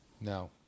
No